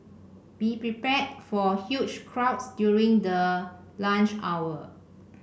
be prepared for huge crowds during the lunch hour